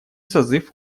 созыв